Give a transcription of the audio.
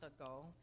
ago